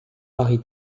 marie